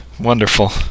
Wonderful